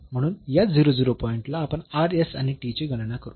म्हणून या पॉईंटला आपण आणि ची गणना करू